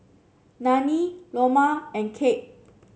Nanie Loma and Cap